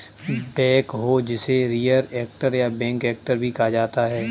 backhoe जिसे rear actor या back actor भी कहा जाता है